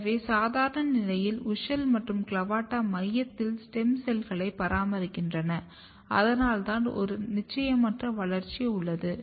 எனவே சாதாரண நிலையில் WUSCHEL மற்றும் CLAVATA மையத்தில் ஸ்டெம் செல்களைப் பராமரிக்கின்றன அதனால்தான் ஒரு நிச்சயமற்ற வளர்ச்சி உள்ளது